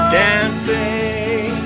dancing